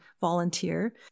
volunteer